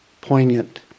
poignant